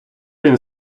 він